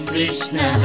Krishna